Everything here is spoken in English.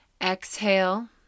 exhale